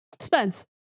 Spence